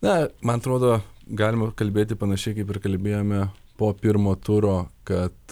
na man atrodo galima kalbėti panašiai kaip ir kalbėjome po pirmo turo kad